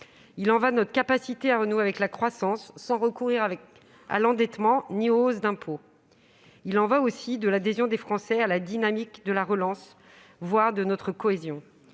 Il y va de notre capacité à renouer avec la croissance sans recourir ni à l'endettement ni aux hausses d'impôts. Il y va aussi de l'adhésion des Français à la dynamique de la relance, voire de notre cohésion.